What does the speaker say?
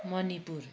Manipur